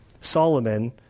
Solomon